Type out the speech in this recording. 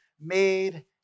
made